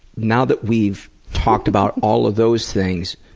now that we've talked about all of those things,